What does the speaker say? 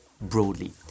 broadly